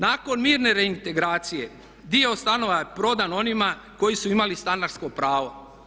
Nakon mirne reintegracije dio stanova je prodan onima koji su imali stanarsko pravo.